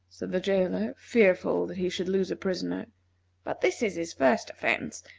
said the jailer, fearful that he should lose a prisoner but this is his first offence,